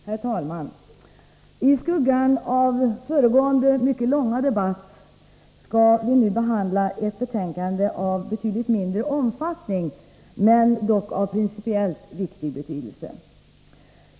Herr talman! I skuggan av föregående, mycket långa debatt skall vi nu behandla ett betänkande av betydligt mindre omfattning, men dock av principiellt stor vikt.